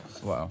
Wow